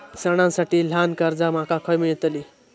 सणांसाठी ल्हान कर्जा माका खय मेळतली?